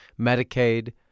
Medicaid